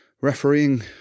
refereeing